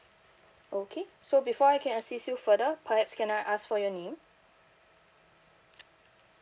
okay so before I can assist you further perhaps can I ask for your name